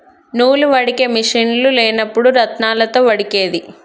నూలు వడికే మిషిన్లు లేనప్పుడు రాత్నాలతో వడికేది